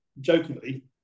jokingly